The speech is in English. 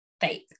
Faith